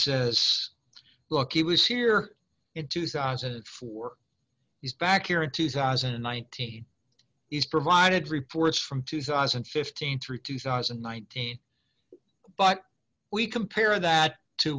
says look he was here in two thousand and four he's back here in two thousand and nineteen he's provided reports from two thousand and fifteen through two thousand and nineteen but we compare that to